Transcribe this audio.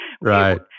Right